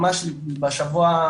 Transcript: ממש בשבוע,